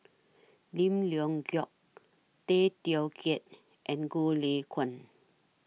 Lim Leong Geok Tay Teow Kiat and Goh Lay Kuan